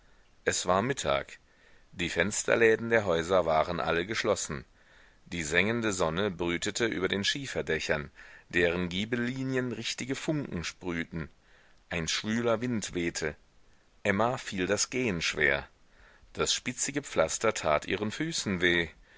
es war mittag die fensterläden der häuser waren alle geschlossen die sengende sonne brütete über den schieferdächern deren giebellinien richtige funken sprühten ein schwüler wind wehte emma fiel das gehen schwer das spitzige pflaster tat ihren füßen weh